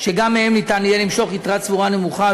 שגם מהן ניתן יהיה למשוך יתרה צבורה נמוכה,